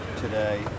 today